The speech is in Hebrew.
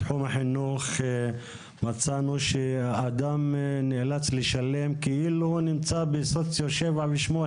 בתחום החינוך מצאנו שאדם נאלץ לשלם כאילו הוא נמצא בסוציו 7 ו-8,